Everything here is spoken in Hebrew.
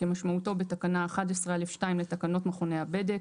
כמשמעותו בתקנה 11(א)(2) לתקנות מכוני הבדק,